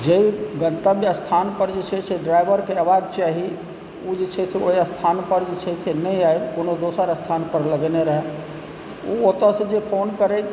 जाहि गन्तव्य स्थानपर जे छै ड्राइवरके अएबाक चाही ओ जे छै ओहि स्थानपर जे छै से नहि आयल कोनो दोसर स्थानपर लगेने रहै ओ ओतऽसँ जे फोन करैत